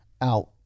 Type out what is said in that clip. out